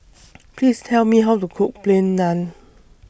Please Tell Me How to Cook Plain Naan